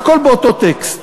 והכול באותו טקסט.